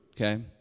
okay